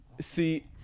See